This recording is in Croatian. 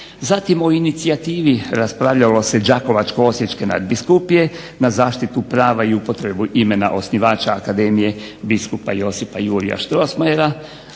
Zatim o inicijativi raspravljalo se Đakovačko-Osječke nadbiskupije na zaštitu prava i upotrebu imena osnivača akademije biskupa Josipa Jurja Strossmayera.